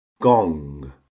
gong